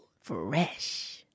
Fresh